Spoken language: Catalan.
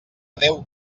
adéu